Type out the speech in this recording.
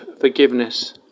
forgiveness